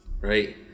right